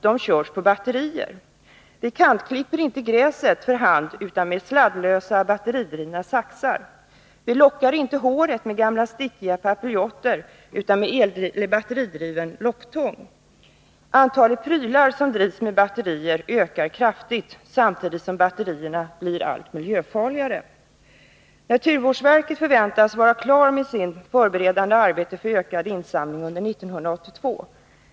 De körs på batterier. Vi kantklipper inte gräset för hand utan med sladdlösa batteridrivna saxar. Vi lockar inte håret med gamla stickiga papiljotter utan med batteridriven locktång. Antalet prylar som drivs med batterier ökar kraftigt, samtidigt som batterierna blir allt miljöfarligare. Naturvårdsverket förväntas vara klart med sitt förberedande arbete för ökad insamling under 1982.